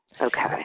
Okay